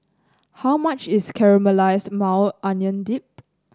how much is Caramelized Maui Onion Dip